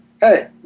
hey